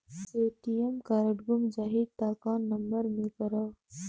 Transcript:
ATM card गुम जाही त कौन नम्बर मे करव?